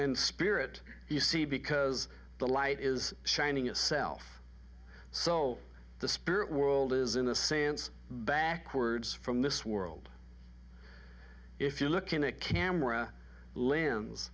in spirit you see because the light is shining itself so the spirit world is in the sense backwards from this world if you look in a camera limbs